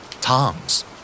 Tongs